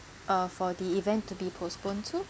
uh for the event to be postponed to